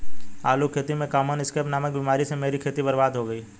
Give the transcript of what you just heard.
आलू की खेती में कॉमन स्कैब नामक बीमारी से मेरी खेती बर्बाद हो गई